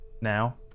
now